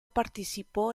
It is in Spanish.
participó